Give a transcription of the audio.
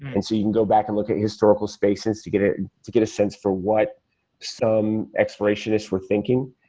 and so you can go back and look at historical spaces to get ah to get a sense for what some explanation is we're thinking.